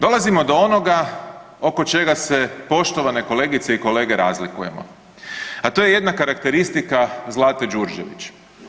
Dolazimo do onoga oko čega se poštovane kolegice i kolege razlikujemo, a to je jedna karakteristika Zlate Đurđević.